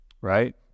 right